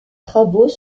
travaux